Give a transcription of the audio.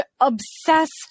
obsessed